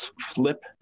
flip